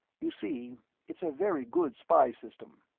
you see, it's a very good spy system,